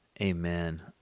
Amen